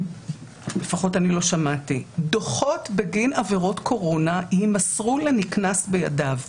לפחות אני לא שמעתי: דוחות בגין עבירות קורונה יימסרו לנקנס בידיו,